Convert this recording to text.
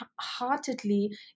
heartedly